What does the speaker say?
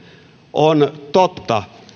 on totta